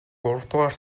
гуравдугаар